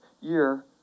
year